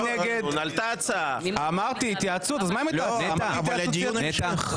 לא הייתה התייעצות סיעתית.